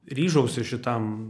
ryžausi šitam